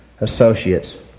associate's